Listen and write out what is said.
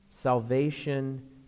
Salvation